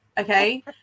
Okay